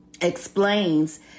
explains